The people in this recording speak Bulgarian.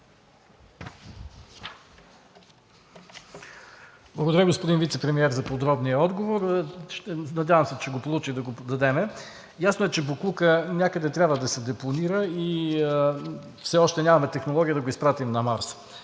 Благодаря, господин Вицепремиер, за подробния отговор. Надявам се, че ще го получа и да го дадем. Ясно е, че боклукът някъде трябва да се депонира и все още нямаме технология да го изпратим на Марс.